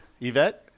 Yvette